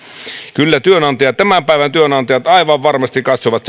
kyllä tämän päivän työnantajat aivan varmasti katsovat